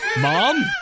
Mom